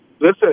Listen